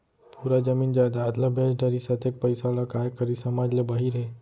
पूरा जमीन जयजाद ल बेच डरिस, अतेक पइसा ल काय करिस समझ ले बाहिर हे